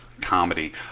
comedy